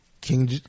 King